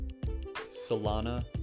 Solana